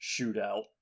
shootout